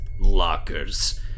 lockers